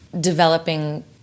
developing